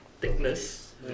thickness